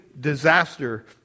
disaster